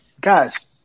guys